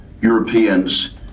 Europeans